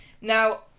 Now